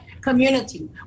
community